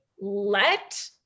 let